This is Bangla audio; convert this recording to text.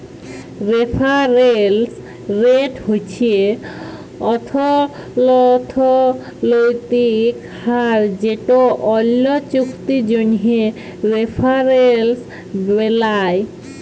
রেফারেলস রেট হছে অথ্থলৈতিক হার যেট অল্য চুক্তির জ্যনহে রেফারেলস বেলায়